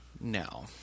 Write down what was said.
No